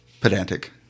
pedantic